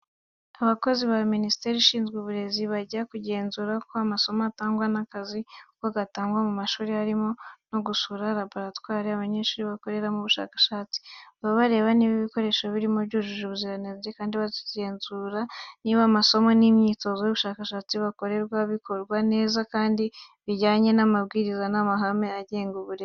Abakozi ba Minisiteri ishinzwe Uburezi bajya kugenzura uko amasomo atangwa n'akazi uko gakorwa mu mashuri, harimo no gusura laboratwari abanyeshuri bakoreramo ubushakashatsi. Bareba niba ibikoresho birimo byujuje ubuziranenge, kandi bagenzura niba amasomo n'imyitozo y'ubushakashatsi bikorerwamo bikorwa neza kandi bijyanye n'amabwiriza n'amahame agenga uburezi.